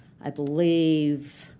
i believe,